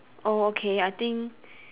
oh okay I think